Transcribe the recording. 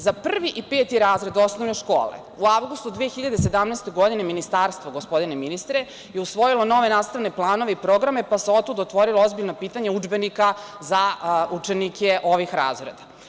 Za prvi i peti razred osnovne škole u avgustu 2017. godine, ministarstvo je, gospodine ministre, usvojilo nove nastavne planove i programe, pa se tu otvorilo ozbiljno pitanje udžbenika za učenike ovih razreda.